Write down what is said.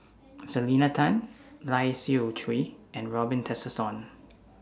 Selena Tan Lai Siu Chiu and Robin Tessensohn